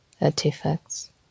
Artifacts